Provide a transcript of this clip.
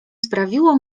sprawiło